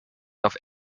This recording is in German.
auf